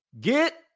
Get